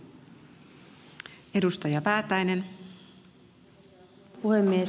arvoisa rouva puhemies